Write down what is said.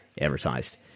advertised